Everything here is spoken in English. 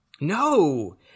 no